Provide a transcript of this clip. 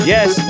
Yes